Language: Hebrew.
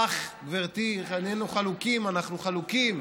אך גברתי, אנחנו חלוקים.